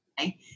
Okay